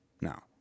Now